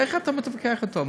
איך אתה מתווכח אתו?